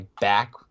back